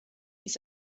ist